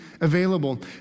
available